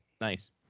Nice